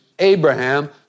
Abraham